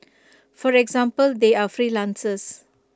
for example they are freelancers